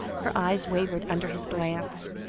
her eyes wavered under his glance.